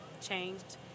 changed